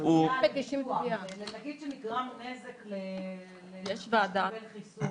נניח ונגרם נזק למתחסן,